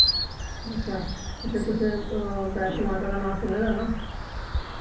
अच्छा अच्छा तुसैं वैश्णो माता दा नां सुने दा ऐ ना